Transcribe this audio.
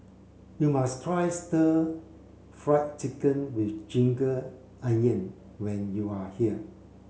you must try stir fry chicken with onion when you are here